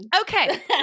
Okay